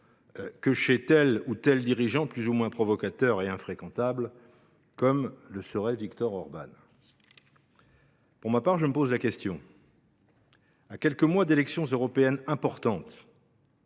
que chez tel ou tel dirigeant plus ou moins provocateur et infréquentable, comme le serait Viktor Orbán. Pour ma part, je me pose la question suivante : à quelques mois d’élections européennes importantes,